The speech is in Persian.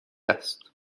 است